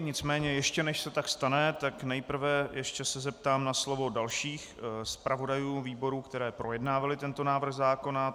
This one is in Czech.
Nicméně ještě, než se tak stane, tak nejprve se ještě zeptám na slovo dalších zpravodajů výborů, které projednávali tento návrh zákona.